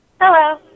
Hello